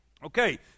Okay